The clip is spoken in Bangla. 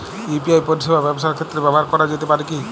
ইউ.পি.আই পরিষেবা ব্যবসার ক্ষেত্রে ব্যবহার করা যেতে পারে কি?